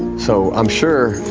so i'm sure.